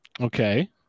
Okay